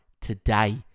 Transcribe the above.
today